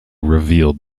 revealed